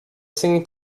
singing